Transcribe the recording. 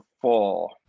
four